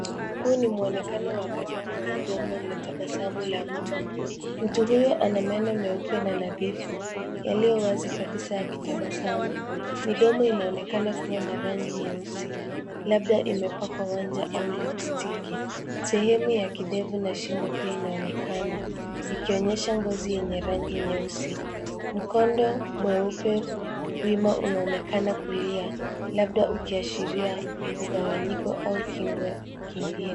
Huu ni muonekano wa karibu wa mdomo la tabasamu la mtu. Mtu huyo ana meno meupe na nadhifu yaliyo wazi kabisa yakitabasamu. Midomo inaonekana kuwa na rangi nyeusi labda imepakwa wanja au lipstiki. Sehemu ya kidevu na shingo pia inaonekana ikionyesha ngozi yenye rangi nyeusi. Mkondo mweupe wima unaonekana kulia labda ukiashiria mgawanyiko au kingo kingine.